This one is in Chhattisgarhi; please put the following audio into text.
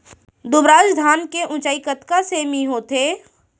दुबराज धान के ऊँचाई कतका सेमी होथे?